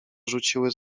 rzuciły